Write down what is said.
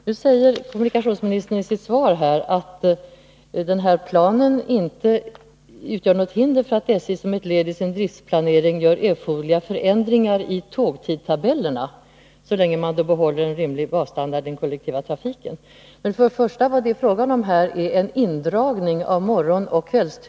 Nu säger kommunikationsministern i sitt svar att den här planen inte utgör något ”hinder för SJ att som ett led i sin driftplanering göra erforderliga förändringar i tågtidtabellerna så länge man bibehåller en rimlig basstandard i den kollektiva trafiken.” Vad det här är fråga om är en indragning av morgonoch kvällsturer.